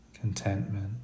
contentment